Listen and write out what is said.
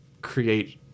create